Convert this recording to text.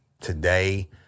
today